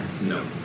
No